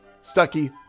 Stucky